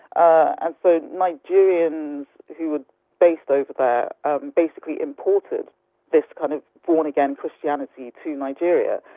ah but nigerians who were based over there basically imported this kind of born again christianity to nigeria.